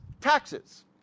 taxes